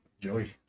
Joey